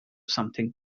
something